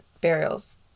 burials